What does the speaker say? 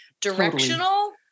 Directional